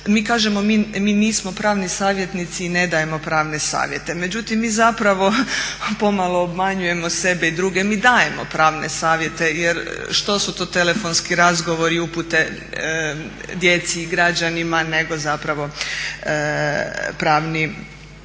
mi kažemo mi nismo pravni savjetnici i ne dajemo pravne savjete. Međutim, mi zapravo pomalo obmanjujemo sebe i druge, mi dajemo pravne savjete jer što su to telefonski razgovori i upute djeci i građanima nego zapravo pravni savjeti.